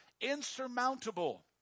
insurmountable